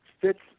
fits